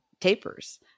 tapers